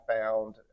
found